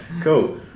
Cool